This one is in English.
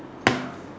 ya